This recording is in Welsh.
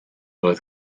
roedd